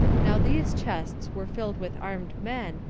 now these chests were filled with armed men,